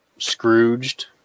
scrooged